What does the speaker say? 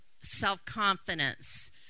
self-confidence